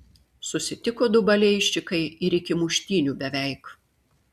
susitiko du balėjščikai ir iki muštynių beveik